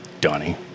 Donnie